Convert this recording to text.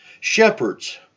shepherds